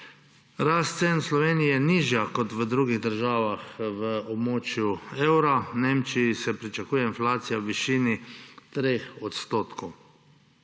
Rast cen v Sloveniji je nižja kot v drugih državah v območju evra. V Nemčiji se pričakuje inflacija v višini 3 %.